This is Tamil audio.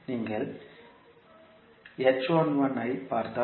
எனவே நீங்கள் ஐப் பார்த்தால்